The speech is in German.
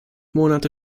monate